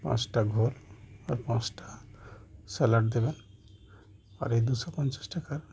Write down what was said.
পাঁচটা ঘোর আর পাঁচটা স্যালাড দেবেন আর এই দুশো পঞ্চাশ টাকার